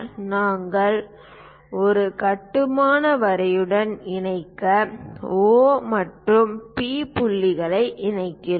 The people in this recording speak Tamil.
நாங்கள் ஒரு கட்டுமான வரியுடன் இணைந்த O மற்றும் P புள்ளிகளில் இணைகிறோம்